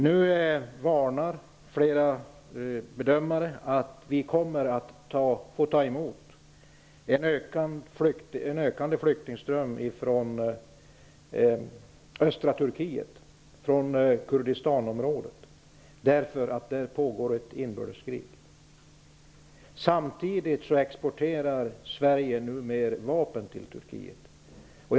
Nu varnar flera bedömare för att vi kommer att få ta emot en ökande flyktingström från östra Turkiets del av Kurdistan, eftersom det där pågår ett inbördeskrig. Samtidigt exporterar Sverige nu mer vapen till Turkiet.